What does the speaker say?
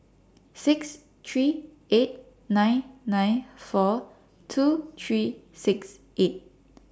six three eight nine nine four two three six eight